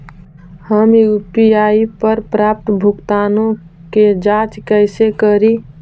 हम यु.पी.आई पर प्राप्त भुगतानों के जांच कैसे करी?